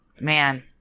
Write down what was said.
Man